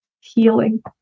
healing